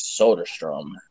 Soderstrom